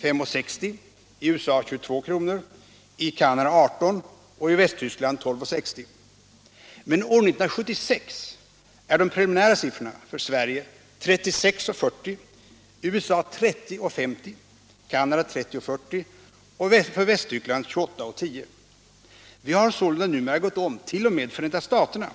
15:60, i USA 22:00, i Kanada 18:00 och i Västtyskland 12:60. Men år 1976 är de preliminära siffrorna Vi har således numera gått om t.o.m. Förenta staterna,